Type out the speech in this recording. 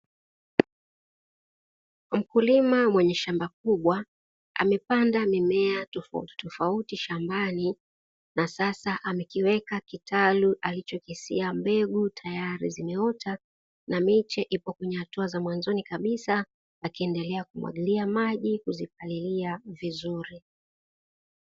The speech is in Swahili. Mkulima mwenye shamba kubwa amepanda mimea tofautitofauti shambani na sasa amekiweka kitalu alichokisia mbegu, tayari zimeota na miche ipo kwenye hatua za mwanzoni kabisa akiendelea kumwagilia maji kuzipalilia vizuri.